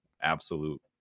absolute